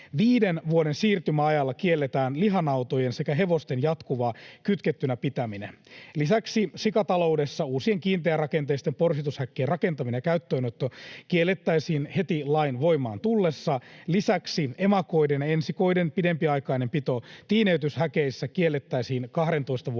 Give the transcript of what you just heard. Viiden vuoden siirtymäajalla kielletään lihanautojen sekä hevosten jatkuva kytkettynä pitäminen. Lisäksi sikataloudessa uusien kiinteärakenteisten porsitushäkkien rakentaminen ja käyttöönotto kiellettäisiin heti lain voimaan tullessa. Lisäksi emakoiden ja ensikoiden pidempiaikainen pito tiineytyshäkeissä kiellettäisiin 12 vuoden